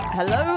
Hello